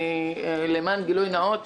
למען גילוי נאות,